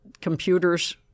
computers –